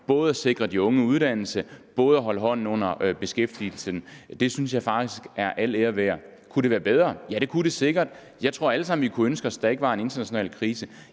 både at sikre de unge uddannelse og holde hånden under beskæftigelsen. Det synes jeg faktisk er al ære værd. Kunne det være bedre? Ja, det kunne det sikkert. Jeg tror, at vi alle sammen kunne ønske os, at der ikke var en international krise.